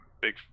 Big